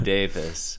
Davis